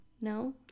No